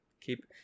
keep